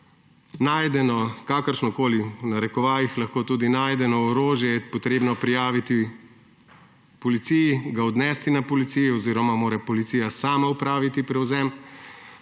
časa, kakršnokoli. najdeno, lahko tudi najdeno orožje je treba prijaviti policiji, ga odnesti na policijo oziroma mora policija sama opraviti prevzem.